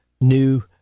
new